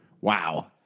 Wow